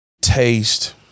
taste